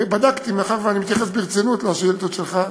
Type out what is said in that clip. ובדקתי, מאחר שאני מתייחס ברצינות לשאילתות שלך,